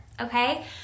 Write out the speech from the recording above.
Okay